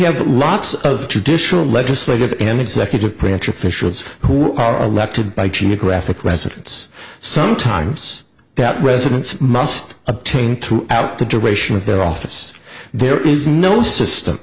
have lots of traditional legislative and executive branch officials who are elected by geographic residence sometimes that residence must obtain throughout the duration of their office there is no system